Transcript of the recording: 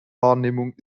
wahrnehmung